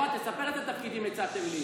לא, תספר איזה תפקידים הצעתם לי,